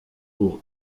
pour